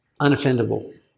unoffendable